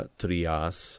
trias